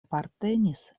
apartenis